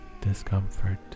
discomfort